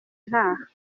ntaha